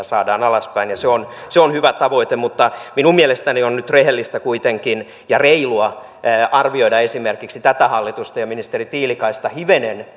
saadaan alaspäin ja se on se on hyvä tavoite mutta minun mielestäni on nyt kuitenkin rehellistä ja reilua arvioida esimerkiksi tätä hallitusta ja ministeri tiilikaista hivenen